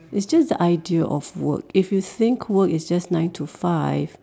it's just the idea of work if you think work is just nine to five